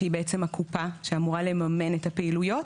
שהיא בעצם הקופה שאמורה לממן את הפעילויות,